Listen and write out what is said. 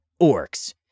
orcs